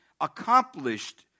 accomplished